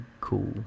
cool